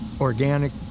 organic